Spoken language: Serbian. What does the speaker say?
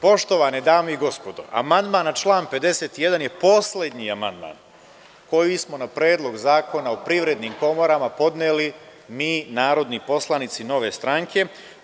Poštovane dame i gospodo, amandman na član 51. je poslednji amandman koji smo na Predlog zakona o privrednim komorama podneli mi narodni poslanici Nove stranke.